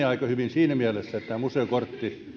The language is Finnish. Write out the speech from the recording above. aika hyvin siinä mielessä että tämä museokortti